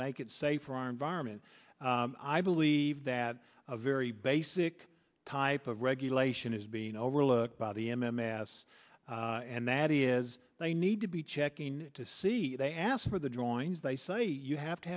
make it safe for our environment i believe that a very basic type of regulation is being overlooked by the m m s and that is they need to be checking to see they asked for the drawings they say you have to